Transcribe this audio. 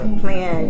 plan